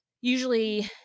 usually